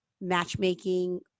matchmaking